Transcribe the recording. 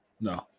no